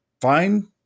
fine